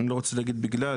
אני לא רוצה להגיד בגלל.